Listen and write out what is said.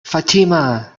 fatima